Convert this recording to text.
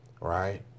right